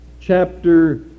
chapter